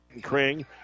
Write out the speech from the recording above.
Kring